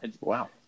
Wow